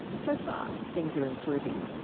so far, things are improving.